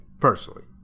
personally